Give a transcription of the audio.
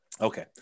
Okay